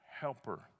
helper